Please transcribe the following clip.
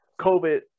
COVID